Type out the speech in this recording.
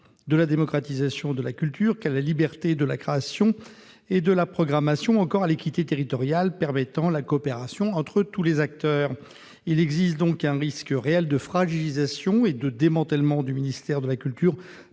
à la démocratisation de la culture, à la liberté de la création et de la programmation et à l'équité territoriale, permettant la coopération entre tous les acteurs. Il existe donc un réel risque de fragilisation et de démantèlement du ministère de la culture